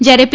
જ્યારે પી